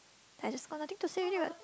I just got nothing to say already what